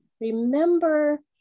Remember